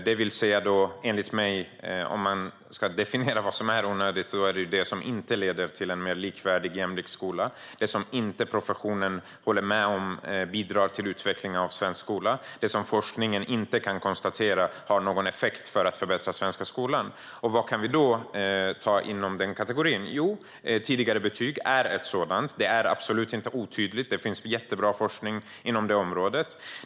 För att definiera det som är onödigt är det enligt mig det som inte leder till en mer likvärdig och jämlik skola, det som professionen inte håller med om bidrar till utvecklingen av svensk skola och det som forskningen inte kan konstatera har någon effekt för att förbättra svensk skola. Vad kan vi ta för exempel inom den kategorin? Jo, tidigare betyg är ett sådant. Det är absolut inte otydligt. Det finns jättebra forskning inom det området.